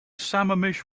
sammamish